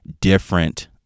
different